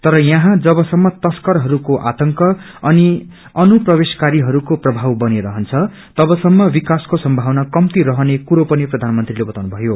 तर याहाँ जब सम्म तस्करहरूको आतंक अनि अनुप्रवेशकारीहरूको प्रभाव बनिरहन्छ तबसम्म विकासको संभावना कम्ती रहने कुरो पनि प्रधानमंत्रीले बाताउनुभयो